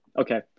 Okay